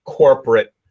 corporate